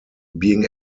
being